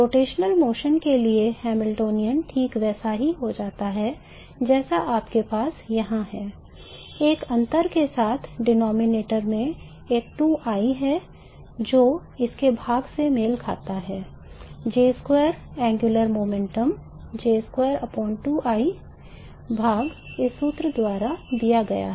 यह वह कोणीय भाग भाग इस सूत्र द्वारा दिया गया है